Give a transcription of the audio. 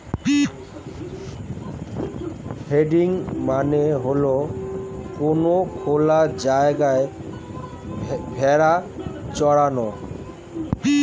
herding মানে হয়ে কোনো খোলা জায়গায় ভেড়া চরানো